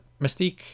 Mystique